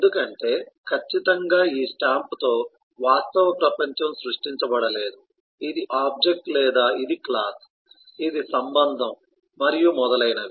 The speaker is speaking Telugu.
ఎందుకంటే ఖచ్చితంగా ఈ స్టాంప్తో వాస్తవ ప్రపంచం సృష్టించబడలేదు ఇది ఆబ్జెక్ట్ లేదా ఇది క్లాస్ ఇది సంబంధం మరియు మొదలైనవి